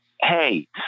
Hey